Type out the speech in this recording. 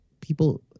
people